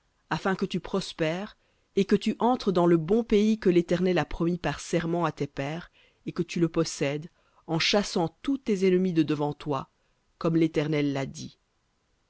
afin que tu prospères et que tu entres dans le bon pays que l'éternel a promis par serment à tes pères et que tu le possèdes en chassant tous tes ennemis de devant toi comme l'éternel l'a dit